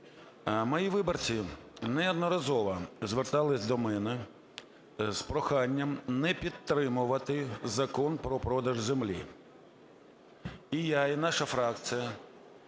Мої виборці неодноразово зверталися до мене з проханням не підтримувати Закон про продаж землі. І я, і наша фракція